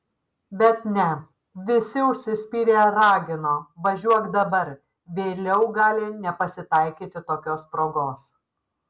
bet ne visi užsispyrę ragino važiuok dabar vėliau gali nepasitaikyti tokios progos